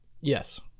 Yes